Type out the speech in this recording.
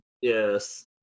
Yes